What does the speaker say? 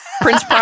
Prince